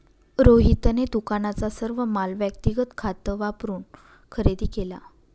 रोहितने दुकानाचा सर्व माल व्यक्तिगत खात वापरून खरेदी केला